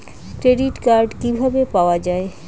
Credit card কিভাবে পাওয়া য়ায়?